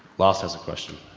lost has a question.